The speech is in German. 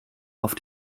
auf